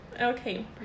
Okay